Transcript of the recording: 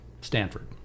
stanford